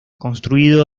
construido